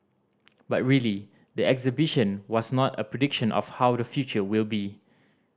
but really the exhibition was not a prediction of how the future will be